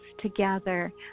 together